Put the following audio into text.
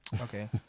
Okay